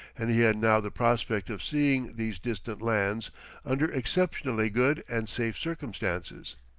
and he had now the prospect of seeing these distant lands under exceptionally good and safe circumstances.